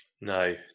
No